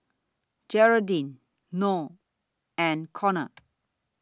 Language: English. Geraldine Noe and Conor